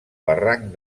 barranc